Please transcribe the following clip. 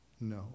no